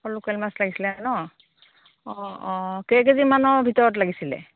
local মাছ লাগিছিলে ন অঁ অঁ কেইকেজিমানৰ ভিতৰত লাগিছিলে